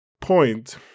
point